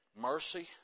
Mercy